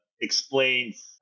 explains